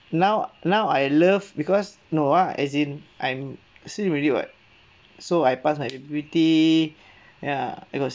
now now I love because no ah as in I'm safe already [what] so I pass my I_P_P_T ya I got